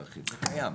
זה קיים.